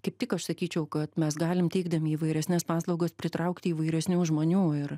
kaip tik aš sakyčiau kad mes galim teikdami įvairesnes paslaugas pritraukti įvairesnių žmonių ir